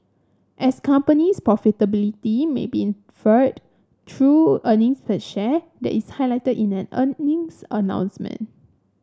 as company's profitability may be inferred through earnings per share that is highlighted in an earnings announcement